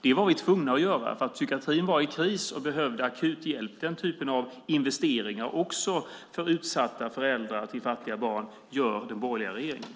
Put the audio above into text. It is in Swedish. Det var vi tvungna att göra, för psykiatrin var i kris och behövde akut hjälp. Den typen av investeringar gör den borgerliga regeringen, också för utsatta föräldrar till fattiga barn.